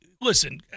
listen